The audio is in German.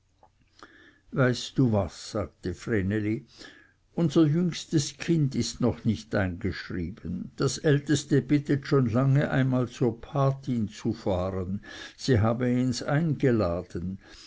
weißt du was sagte vreneli unser jüngstes kind ist noch nicht eingeschrieben das älteste bittet schon lange einmal zur gotte zu fahren sie habe ihns eingeladen